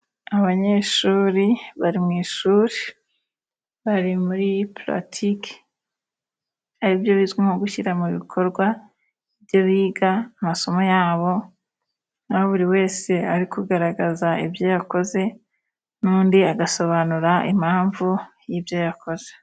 Abanyeshuri bari mu ishuri bari muri Pulatiki aribyo bizwi nko gushyira mu bikorwa ibyo biga amasomo yabo, aho buri wese ari kugaragaza ibyo yakoze n'undi agasobanura impamvu y'ibyo yakoze.